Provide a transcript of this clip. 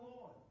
Lord